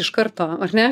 iš karto ar ne